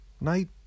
Night